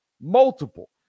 multiple